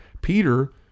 Peter